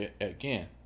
again